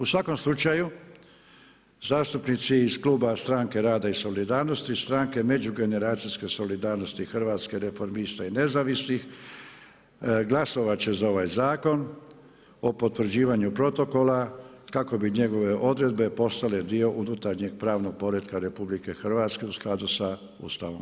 U svakom slučaju zastupnici iz Kluba Stranke rada i solidarnosti, Stranke međugeneracijske solidarnosti Hrvatske, Reformista i nezavisnih zastupnika glasovat će za ovaj Zakon o potvrđivanju protokola kako bi njegove odredbe postale dio unutarnjeg pravnog poretka RH u skladu sa Ustavom.